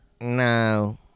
No